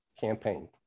campaign